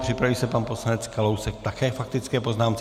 Připraví se pan poslanec Kalousek také k faktické poznámce.